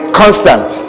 constant